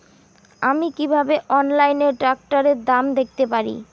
আমি কিভাবে অনলাইনে ট্রাক্টরের দাম দেখতে পারি?